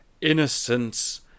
innocence